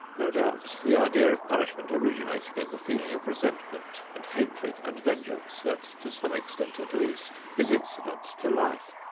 no doubt the idea of punishment originated in the feeling of resentment and hatred and vengeance that, to some extent at least, is incident to life.